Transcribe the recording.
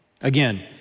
Again